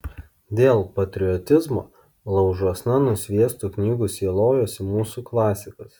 dėl patriotizmo laužuosna nusviestų knygų sielojosi mūsų klasikas